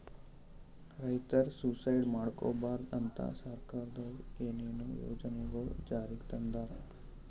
ರೈತರ್ ಸುಯಿಸೈಡ್ ಮಾಡ್ಕೋಬಾರ್ದ್ ಅಂತಾ ಸರ್ಕಾರದವ್ರು ಏನೇನೋ ಯೋಜನೆಗೊಳ್ ಜಾರಿಗೆ ತಂದಾರ್